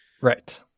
Right